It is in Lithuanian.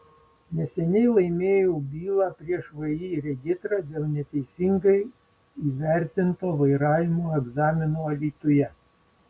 neseniai laimėjau bylą prieš vį regitra dėl neteisingai įvertinto vairavimo egzamino alytuje